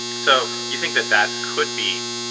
so you think that that could be,